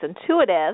Intuitive